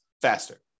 faster